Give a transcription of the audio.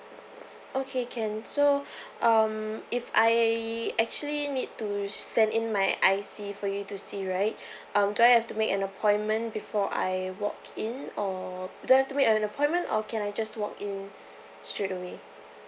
okay can so um if I actually need to send in my I_C for you to see right um do I have to make an appointment before I walk in or do I have to make an appointment or can I just walk in straight away